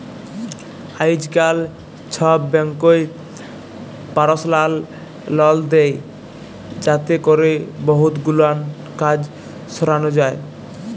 আইজকাল ছব ব্যাংকই পারসলাল লল দেই যাতে ক্যরে বহুত গুলান কাজ সরানো যায়